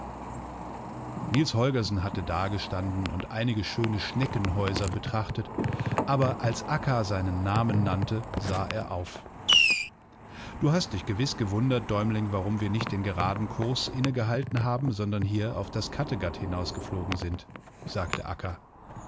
holgersen hatte dagestanden und einige schöne schneckenhäuser betrachtet aber als akka seinen namen nannte sah er auf du hast dich gewiß gewundert däumeling warum wir nicht den geraden kurs innegehaltenhaben sondernhieraufdaskattegathinausgeflogensind sagte